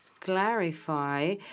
clarify